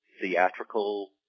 theatrical